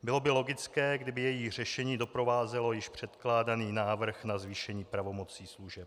Bylo by logické, kdyby její řešení doprovázelo již předkládaný návrh na zvýšení pravomocí služeb.